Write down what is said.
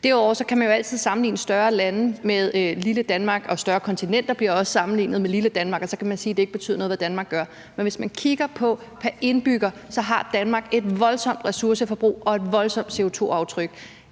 Derudover kan man jo altid sammenligne større lande med lille Danmark, og større kontinenter bliver også sammenlignet med lille Danmark, og så kan man sige, at det ikke betyder noget, hvad Danmark gør. Men hvis man kigger på pr. indbygger, har Danmark et voldsomt ressourceforbrug og et voldsomt CO2-aftryk.